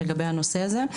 לגבי הנושא הזה.